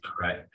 right